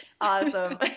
Awesome